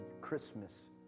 Christmas